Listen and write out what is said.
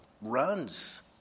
runs